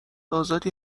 آزادی